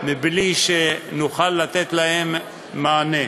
בלי שנוכל לתת מענה.